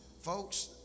Folks